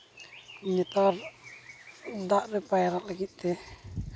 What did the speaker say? ᱱᱮᱛᱟᱨ ᱫᱟᱜ ᱨᱮ ᱯᱟᱭᱨᱟᱜ ᱞᱟᱹᱜᱤᱫ ᱛᱮ